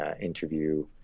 interview